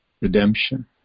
redemption